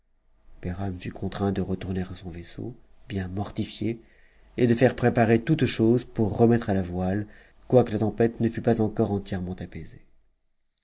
fut contraint de retourner à son vaisseau bien mortifié et de faire préparer toutes choses pour remet tre à la voile quoique a tempête ne fût pas encore entièrement apaisée